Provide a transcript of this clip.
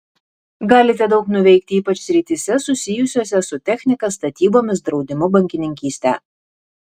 galite daug nuveikti ypač srityse susijusiose su technika statybomis draudimu bankininkyste